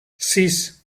sis